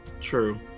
True